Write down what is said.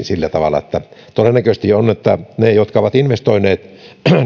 sillä tavalla että todennäköistä on että ne jotka ovat investoineet